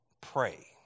pray